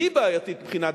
היא בעייתית מבחינה דמוקרטית,